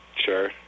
Sure